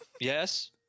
Yes